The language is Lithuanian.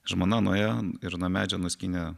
žmona nuėjo ir nuo medžio nuskynė